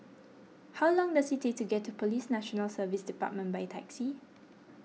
how long does it take to get to Police National Service Department by taxi